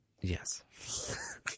Yes